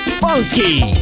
funky